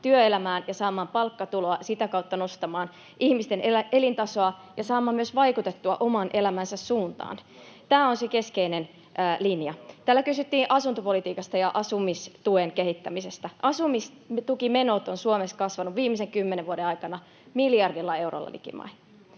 työelämään ja saamaan palkkatuloa ja sitä kautta nostetaan ihmisten elintasoa, että he saavat myös vaikutettua oman elämänsä suuntaan. Tämä on se keskeinen linja. Täällä kysyttiin asuntopolitiikasta ja asumistuen kehittämisestä. Asumistukimenot ovat Suomessa kasvaneet viimeisen kymmenen vuoden aikana likimain miljardilla eurolla. Myöskin